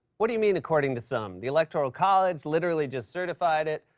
what do you mean, according to some? the electoral college literally just certified it.